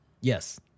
Yes